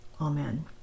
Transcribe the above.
Amen